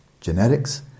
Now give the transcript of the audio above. genetics